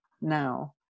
now